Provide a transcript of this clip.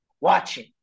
Watching